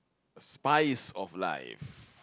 spice of life